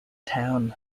town